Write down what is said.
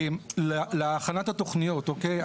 להכנת התוכניות, אוקיי?